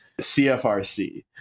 cfrc